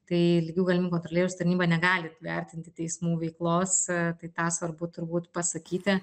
tai lygių galimybių kontrolieriaus tarnyba negali vertinti teismų veiklos tai tą svarbu turbūt pasakyti